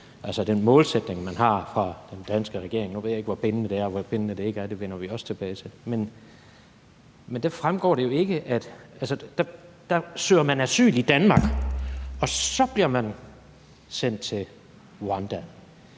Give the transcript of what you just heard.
altså den målsætning, man har i den danske regering, og nu ved jeg ikke, hvor bindende den er, og hvor bindende den ikke er, det vender vi også tilbage til – sådan, at man søger asyl i Danmark, og så bliver man sendt til Rwanda.